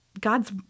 God's